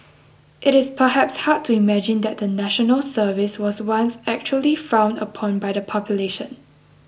it is perhaps hard to imagine that the National Service was once actually frowned upon by the population